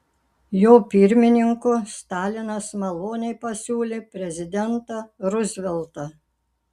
jo pirmininku stalinas maloniai pasiūlė prezidentą ruzveltą